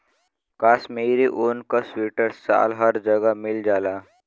कशमीरी ऊन क सीवटर साल हर जगह मिल जाला